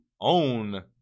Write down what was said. own